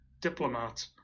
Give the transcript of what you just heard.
diplomat